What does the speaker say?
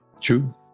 True